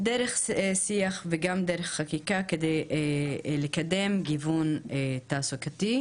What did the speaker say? דרך שיח וגם דרך חקיקה, כדי לקדם גיוון תעסוקתי.